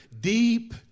deep